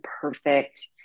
perfect